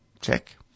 Check